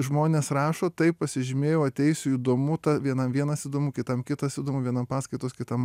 žmonės rašo taip pasižymėjau ateisiu įdomu ta vienam vienas įdomu kitam kitas įdomu vienam paskaitos kitam